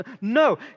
No